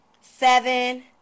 seven